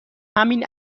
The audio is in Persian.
همین